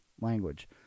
language